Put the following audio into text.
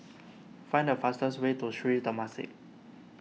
find the fastest way to Sri Temasek